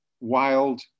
wild